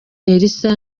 elisa